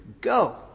go